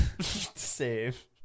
Save